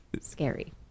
scary